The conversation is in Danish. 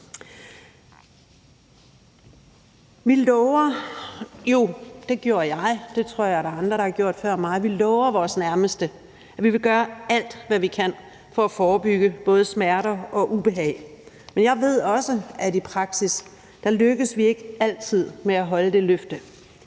mig – vores nærmeste, at vi vil gøre alt, hvad vi kan, for at forebygge både smerter og ubehag, men jeg ved også, at vi i praksis ikke altid lykkes med at holde det løfte.